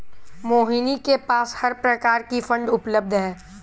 मोहिनी के पास हर प्रकार की फ़ंड उपलब्ध है